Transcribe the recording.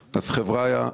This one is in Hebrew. חבריה,